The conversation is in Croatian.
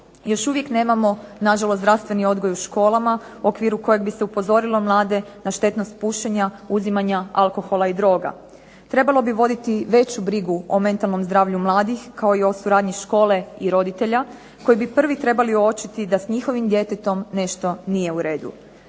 Još uvijek nemamo na žalost zdravstveni odgoj u školama, u okviru kojeg bi se upozorilo mlade na štetnost pušenja, uzimanja alkohola i droga. Trebalo bi voditi veću brigu o mentalnom zdravlju mladih, kao i o suradnji škole i roditelja, koji bi prvi trebali uočiti da s njihovim djetetom nešto nije u redu.